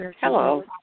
Hello